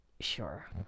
sure